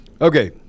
Okay